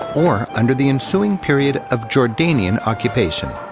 or under the ensuing period of jordanian occupation.